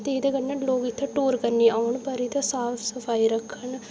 ते एह्दे कन्नै लोक इत्थै टूर करन औन पर इत्थै साफ सफाई रक्खन